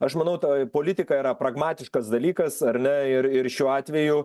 aš manau toj politika yra pragmatiškas dalykas ar ne ir ir šiuo atveju